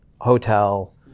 hotel